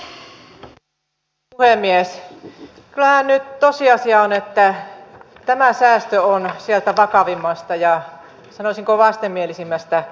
kyllähän nyt tosiasia on että tämä säästö on sieltä vakavimmasta ja sanoisinko vastenmielisimmästä päästä